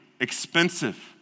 expensive